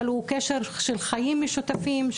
אבל הוא קשר של חיים משותפים,